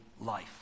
life